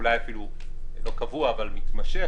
אולי אפילו לא קבוע אבל מתמשך,